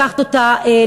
לקחת אותו לחוג,